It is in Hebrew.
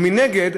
ומנגד,